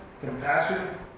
compassion